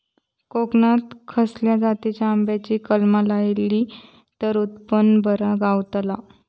कोकणात खसल्या जातीच्या आंब्याची कलमा लायली तर उत्पन बरा गावताला?